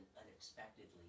unexpectedly